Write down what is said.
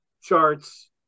charts